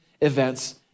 events